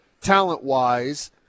talent-wise